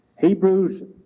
Hebrews